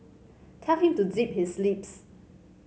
tell him to zip his lips